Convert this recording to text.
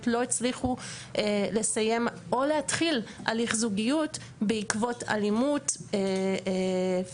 לא הצליחו לסיים או להתחיל הליך זוגיות בעקבות אלימות פיזית,